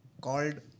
called